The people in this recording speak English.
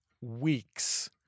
weeks